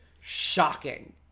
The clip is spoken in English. shocking